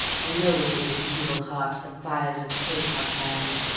i know within his evil heart the fires of hate are fanned,